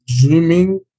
dreaming